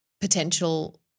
potential